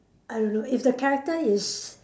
I don't know if the character is